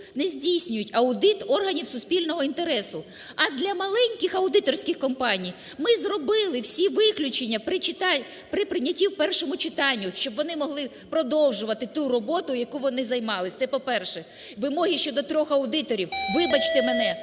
не здійснюють аудит органів суспільного інтересу. А для маленьких аудиторських компаній ми зробили всі виключення при прийнятті у першому читанні, щоб вони могли продовжувати ту роботу, якою вони займалися. Це по-перше. Вимоги щодо трьох аудиторів… Вибачте мене,